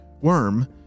worm